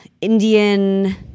Indian